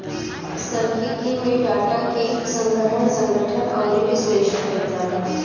सांख्यिकी में डाटा के संग्रहण, संगठन अउरी विश्लेषण कईल जाला